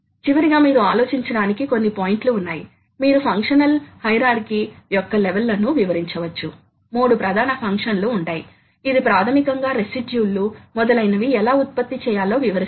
feed drive నుండి spindle drive యొక్క అవసరాల లో మూడు తేడాలు అవి ఎలా భిన్నంగా ఉన్నాయో పేర్కొనండి